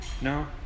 No